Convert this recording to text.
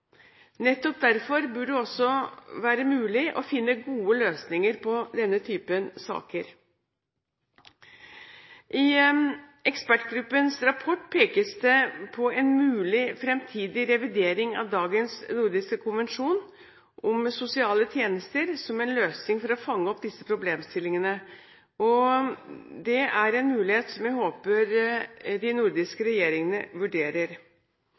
Nettopp derfor burde det også være mulig å finne gode løsninger på denne typen saker. I ekspertgruppens rapport pekes det på en mulig fremtidig revidering av dagens nordiske konvensjon om sosiale tjenester som en løsning for å fange opp disse problemstillingene. Det er en mulighet jeg håper at de nordiske regjeringene vurderer.